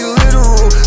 literal